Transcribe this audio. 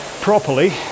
properly